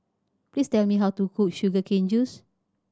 please tell me how to cook sugar cane juice